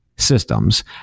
Systems